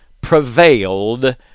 prevailed